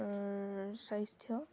স্বাস্থ্য